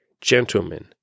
gentlemen